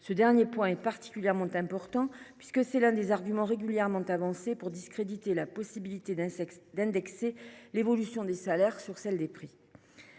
Ce dernier point est particulièrement important, puisqu’il constitue l’un des arguments régulièrement avancés pour discréditer la possibilité d’indexer l’évolution des salaires sur celle des prix.